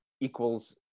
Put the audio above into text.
equals